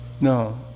No